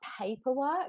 paperwork